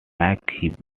mike